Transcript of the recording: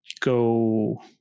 go